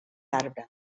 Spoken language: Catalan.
arbre